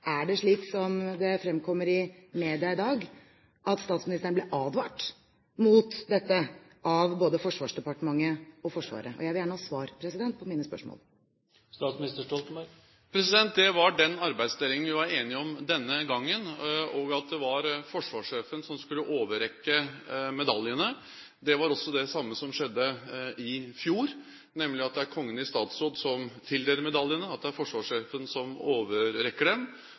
Er det slik, som det fremkommer i media i dag, at statsministeren ble advart mot dette av både Forsvarsdepartementet og Forsvaret? Jeg vil gjerne ha svar på mine spørsmål. Det var den arbeidsdelingen vi var enige om denne gangen – at det var forsvarssjefen som skulle overrekke medaljene. Det var også det samme som skjedde i fjor, nemlig at det er Kongen i statsråd som tildeler medaljene, og at det er forsvarssjefen som overrekker dem.